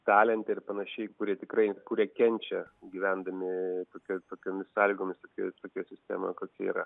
talente ir panašiai kurie tikrai kurie kenčia gyvendami tokioj tokiomis sąlygomis ir tokioj tokioj sistemoj kokia yra